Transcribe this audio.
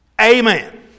Amen